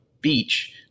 beach